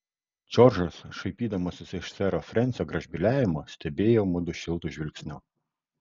džordžas šaipydamasis iš sero frensio gražbyliavimo stebėjo mudu šiltu žvilgsniu